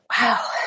wow